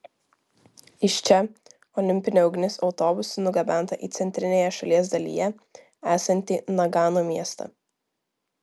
iš čia olimpinė ugnis autobusu nugabenta į centrinėje šalies dalyje esantį nagano miestą